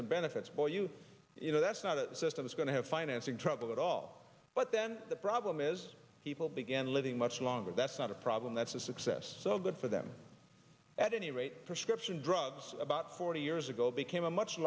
some benefits but you you know that's not a system it's going to have financing troubles at all but then the problem is people begin living much longer that's not a problem that's a success so good for them at any rate prescription drugs about forty years ago became a much